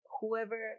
Whoever